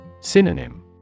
Synonym